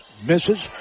Misses